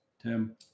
Tim